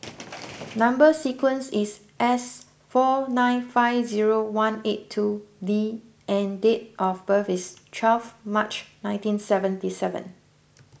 Number Sequence is S four nine five zero one eight two D and date of birth is twelve March nineteen seventy seven